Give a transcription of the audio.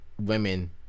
women